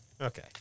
Okay